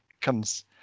comes